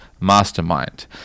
mastermind